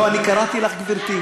לא, אני קראתי לך, גברתי.